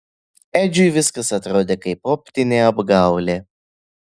edžiui viskas atrodė kaip optinė apgaulė